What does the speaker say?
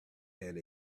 had